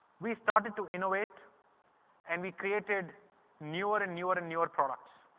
we started to innovate and we created newer and newer and newer products.